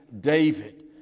David